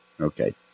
Okay